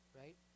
right